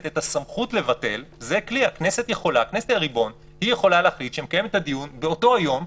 הכנסת היא הריבון והיא יכולה להחליט שהיא מקיימת את הדיון באותו יום,